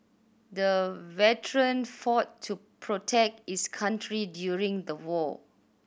the veteran fought to protect his country during the war